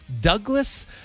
Douglas